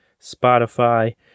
spotify